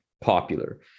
popular